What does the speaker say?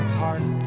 heart